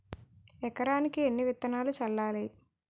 ఎకరానికి ఎన్ని విత్తనాలు చల్లాలి?